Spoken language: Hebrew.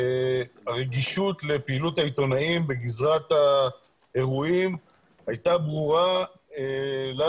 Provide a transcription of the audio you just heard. הרגישות לפעילות העיתונאים בגזרת האירועים הייתה ברורה לנו